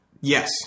Yes